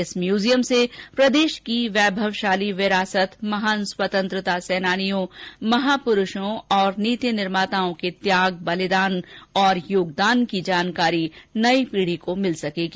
इस म्यूजियम से प्रदेश की वैभवशाली विरासत महान स्वतंत्रता सेनानियों महापुरूषों और नीति निर्माताओं के त्याग बलिदान और योगदान की जानकारी नई पीढ़ी को मिल सकेगी